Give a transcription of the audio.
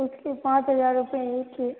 उसके पाँच हज़ार रूपये है